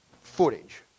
footage